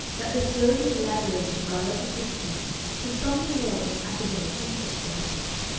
that this slowly elaborating biological scheme had something more than an academic interest for herself.